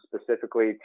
specifically